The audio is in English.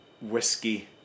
whiskey